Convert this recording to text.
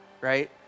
right